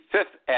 Fifth